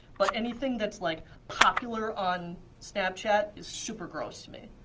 but anything that's like popular on snapchat is super gross to me.